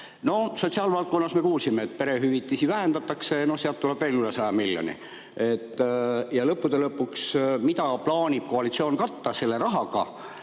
No sotsiaalvaldkonnas, me kuulsime, perehüvitisi vähendatakse ja sealt tuleb veel üle 100 miljoni. Ent lõppude lõpuks, mida plaanib koalitsioon katta selle rahaga?